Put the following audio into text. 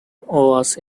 was